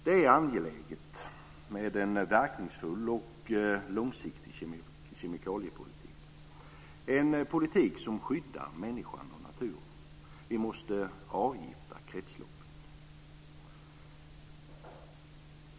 Det är angeläget med en verkningsfull och långsiktig kemikaliepolitik som skyddar människan och naturen. Vi måste avgifta kretsloppen. Fru talman!